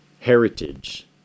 heritage